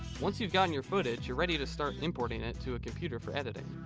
once you've gotten your footage, you're ready to start importing it to a computer for editing.